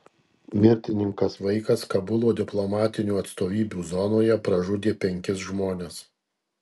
mirtininkas vaikas kabulo diplomatinių atstovybių zonoje pražudė penkis žmones